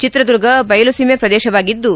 ಚಿತ್ರದುರ್ಗ ದೈಲು ಸೀಮೆ ಪ್ರದೇಶವಾಗಿದ್ದು